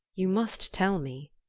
you must tell me.